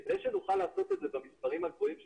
כדי שנוכל לעשות את זה במספרים הגבוהים שציינתי,